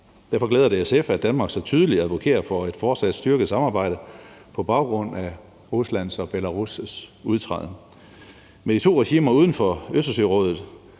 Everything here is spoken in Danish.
Derfor glæder det SF, at Danmark så tydeligt advokerer for et fortsat styrket samarbejde på baggrund af Ruslands og Belarus' udtræden. Med de to regimer uden for Østersørådet